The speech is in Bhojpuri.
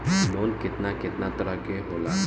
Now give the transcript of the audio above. लोन केतना केतना तरह के होला?